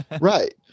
Right